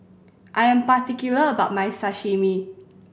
I am particular about my Sashimi